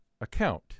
account